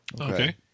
Okay